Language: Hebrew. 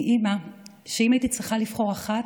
היא אימא שאם הייתי צריכה לבחור אחת,